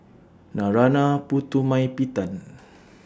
Narana Putumaippittan